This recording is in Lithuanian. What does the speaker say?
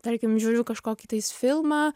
tarkim žiūriu kažkokį tais filmą